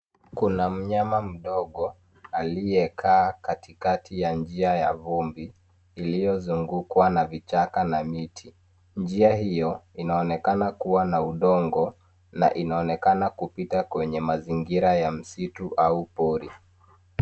Kuna mnyama mdogo aliyekaa katikati ya njia ya vumbi iliyozungukwa na vichaka na miti. Njia hiyo inaonekana kuwa na udongo na inaonekana kupita kwenye mazingira ya msitu au pori.